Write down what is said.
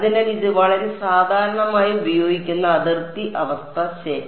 അതിനാൽ ഇത് വളരെ സാധാരണയായി ഉപയോഗിക്കുന്ന അതിർത്തി അവസ്ഥയാണ് ശരി